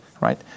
right